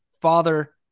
father